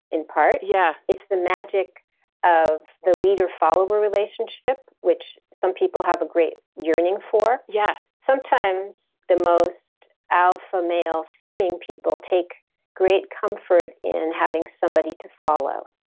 in part, yeah, it's the magic of the leader follower relationship, which some people have a great yearning for. yeah. sometimes the most alpha male seeming people take great comfort in and having somebody to follow.